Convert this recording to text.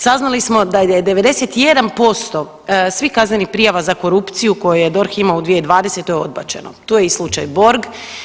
Saznali smo da je 91% svih kaznenih prijava za korupciju koju je DORH imao u 2020. odbačeno, tu je i slučaj Borg.